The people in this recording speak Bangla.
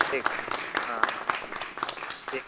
ঠিক হাঁ হাঁ ঠিক